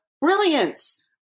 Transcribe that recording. Brilliance